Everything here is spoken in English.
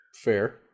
Fair